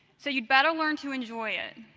so you better learn to enjoy it.